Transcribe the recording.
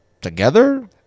together